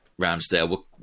Ramsdale